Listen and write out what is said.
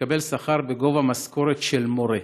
מקבל שכר בגובה משכורת של מורה.